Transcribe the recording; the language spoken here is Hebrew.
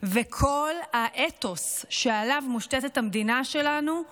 וכל האתוס שעליו מושתתת המדינה שלנו הוא